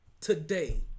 today